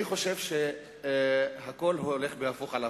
אני חושב שהכול הולך בהפוך על הפוך.